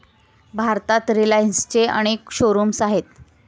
भारतात रिलायन्सचे अनेक शोरूम्स आहेत